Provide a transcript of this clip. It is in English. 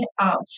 out